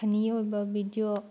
ꯐꯅꯤ ꯑꯣꯏꯕ ꯕꯤꯗꯤꯑꯣ